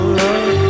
love